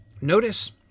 notice